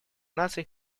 наций